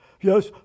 Yes